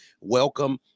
Welcome